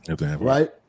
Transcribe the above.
right